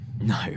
No